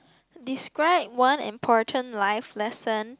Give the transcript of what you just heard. describe one important life lesson